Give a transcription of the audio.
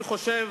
אני חושב